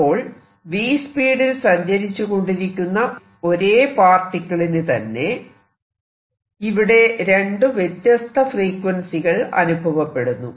അപ്പോൾ v സ്പീഡിൽ സഞ്ചരിച്ചുകൊണ്ടിരിക്കുന്ന ഒരേ പാർട്ടിക്കിളിന് തന്നെ ഇവിടെ രണ്ടു വ്യത്യസ്ത ഫ്രീക്വൻസികൾ അനുഭവപ്പെടുന്നു